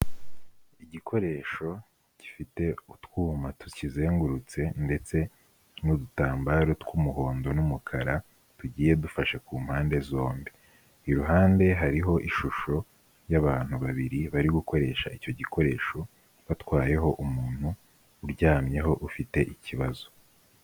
Igikoresho gifite utwuma tukizengurutse, ndetse n'udutambaro tw'umuhondo n'umukara tugiye dufashe ku mpande zombi, iruhande hariho ishusho y'abantu babiri bari gukoresha icyo gikoresho batwayeho umuntu uryamyeho ufite ikibazo.